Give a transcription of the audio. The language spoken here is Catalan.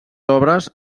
obres